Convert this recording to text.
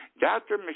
Dr